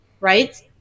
right